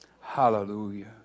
hallelujah